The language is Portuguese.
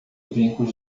brincos